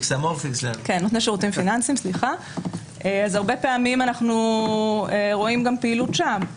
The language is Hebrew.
הרבה פעמים אנחנו רואים גם פעילות שם.